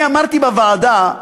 אני אמרתי בוועדה: